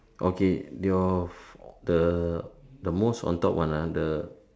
okay your the the most on top one ah the